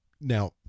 Now